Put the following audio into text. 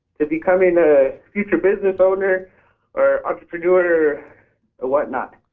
to becoming a future business owner or entrepreneur or what not?